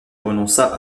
renonça